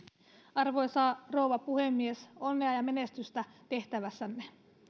arvoisa rouva puhemies onnea ja menestystä tehtävässänne